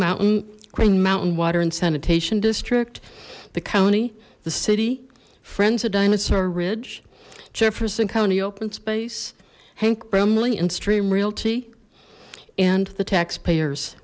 mountain green mountain water and sanitation district the county the city friends a dinosaur ridge jefferson county open space hank bramley and stream realty and the taxpayers